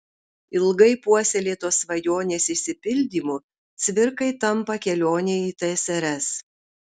ilgai puoselėtos svajonės išsipildymu cvirkai tampa kelionė į tsrs